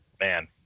man